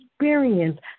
Experience